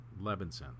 levinson